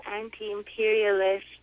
anti-imperialist